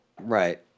right